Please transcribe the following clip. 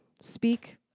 speak